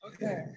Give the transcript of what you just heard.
Okay